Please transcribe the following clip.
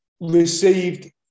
received